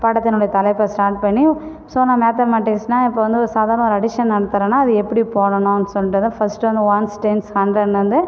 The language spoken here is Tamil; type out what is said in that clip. பாடத்தினுடைய தலைப்பை ஸ்டார்ட் பண்ணி ஸோ நான் மேத்தமேட்டிக்ஸ்னா இப்போது வந்து ஒரு சாதாரண ஒரு அடிஷன் நடத்துகிறேன்னா அது எப்பிடி போடணும்னு சொல்லிட்டு தான் ஃபஸ்ட்டு வந்து ஒன்ஸ் டென்ஸ் ஹண்ட்ரெட்னு வந்து